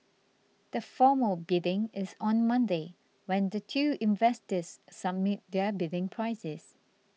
the formal bidding is on Monday when the two investors submit their bidding prices